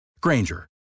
Granger